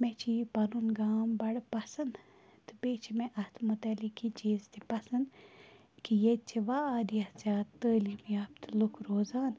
مےٚ چھِ یہِ پَنُن گام بَڑٕ پَسَنٛد تہٕ بیٚیہِ چھِ مےٚ اَتھ مُتعلِق یہِ چیٖز تہِ پَسَنٛد کہِ ییٚتہِ چھِ واریاہ زیادٕ تعٲلیٖم یافتہٕ لُکھ روزان